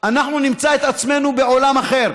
אנחנו נמצא את עצמנו בעולם אחר.